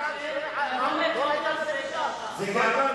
זו גאווה.